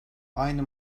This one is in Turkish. aynı